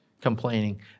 complaining